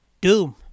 Doom